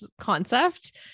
concept